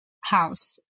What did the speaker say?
house